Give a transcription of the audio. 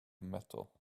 metal